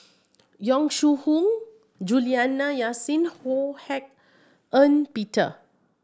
Yong Shu Hoong Juliana Yasin Ho Hak Ean Peter